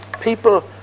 people